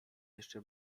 jeszcze